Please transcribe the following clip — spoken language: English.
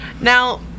Now